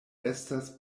estas